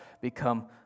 become